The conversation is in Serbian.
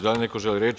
Da li neko želi reč?